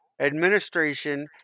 administration